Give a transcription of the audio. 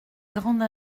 grande